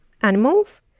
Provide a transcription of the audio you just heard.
animals